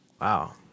wow